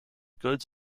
goods